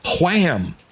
Wham